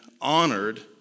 honored